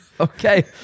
Okay